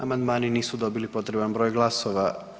Amandmani nisu dobili potreban broj glasova.